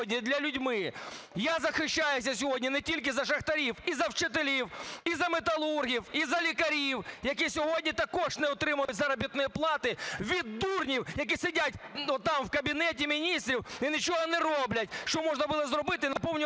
Я захищаюся сьогодні не тільки за шахтарів, і за вчителів, і за металургів, і за лікарів, які сьогодні також не отримують заробітної плати від дурнів, які сидять там в Кабінеті Міністрів і нічого не роблять, що можна було зробити – наповнювати